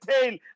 tail